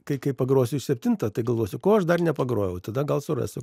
kai kai pagrosiu septintą tai galvosiu ko aš dar nepagrojau tada gal surasiu